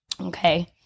Okay